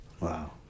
Wow